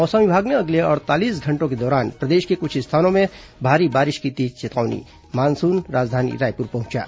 मौसम विभाग ने अगले अड़तालीस घंटों के दौरान प्रदेश के कुछ स्थानों में भारी वर्षा की दी चेतावनी मानसून राजधानी रायपुर पहुंचा